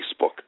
Facebook